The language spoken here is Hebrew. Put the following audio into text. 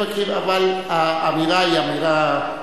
אבל האמירה היא אמירה,